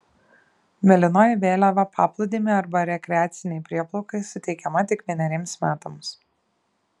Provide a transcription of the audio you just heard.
mėlynoji vėliava paplūdimiui arba rekreacinei prieplaukai suteikiama tik vieneriems metams